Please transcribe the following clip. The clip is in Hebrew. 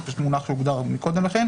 זה פשוט מונח שהוגדר קודם לכן.